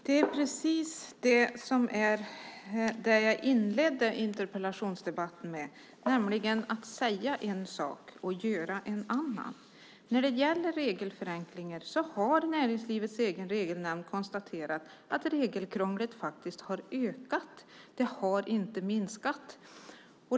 Fru talman! Det är precis det här jag inledde interpellationsdebatten med att tala om, nämligen att säga en sak och göra en annan. När det gäller regelförenklingar har näringslivets egen regelnämnd konstaterat att regelkrånglet faktiskt har ökat. Det har inte minskat.